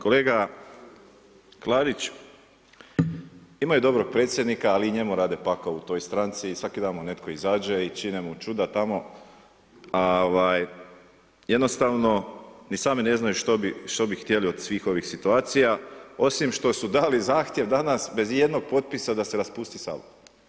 Kolega Klarić, imaju dobrog predsjednika, ali njemu rade pakao u toj stranci i svaki dan mu netko izađe i čine mu čuda tamo, jednostavno, ni sami ne znaju što bi htjeli od svih ovih situacija, osim što su dali zahtjev, danas, bez ijednog potpisa, da se raspusti Sabor.